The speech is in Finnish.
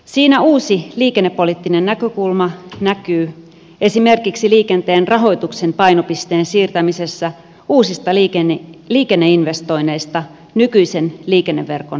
siinä uusi liikennepoliittinen näkökulma näkyy esimerkiksi liikenteen rahoituksen painopisteen siirtämisessä uusista liikenneinvestoinneista nykyisen liikenneverkon ylläpitämiseen